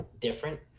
different